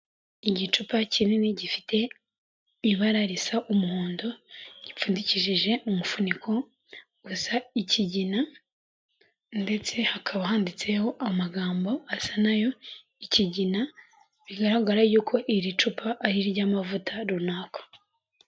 Igicupa kinini gifite ibara risa umuhondo, gipfundikishije umufuniko gusa ikigina ndetse hakaba handitseho amagambo asa na yo ikigina, bigaragara yuko iri cupa ari iry'amavuta runaka.